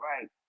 Right